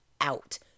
out